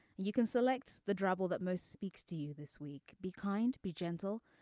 you can select the drabble that most speaks to you this week. be kind be gentle.